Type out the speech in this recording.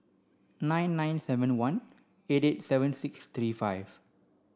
nine nine seven one eight eight seven six three five